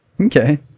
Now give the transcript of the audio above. Okay